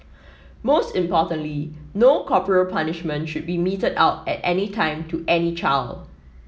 most importantly no corporal punishment should be meted out at any time to any child